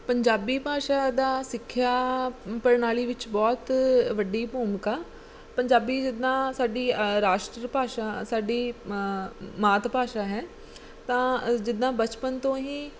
ਪੰਜਾਬੀ ਭਾਸ਼ਾ ਦਾ ਸਿੱਖਿਆ ਪ੍ਰਣਾਲੀ ਵਿੱਚ ਬਹੁਤ ਵੱਡੀ ਭੂਮਿਕਾ ਪੰਜਾਬੀ ਜਿੱਦਾਂ ਸਾਡੀ ਰਾਸ਼ਟਰ ਭਾਸ਼ਾ ਸਾਡੀ ਮਾਤ ਭਾਸ਼ਾ ਹੈ ਤਾਂ ਜਿੱਦਾਂ ਬਚਪਨ ਤੋਂ ਹੀ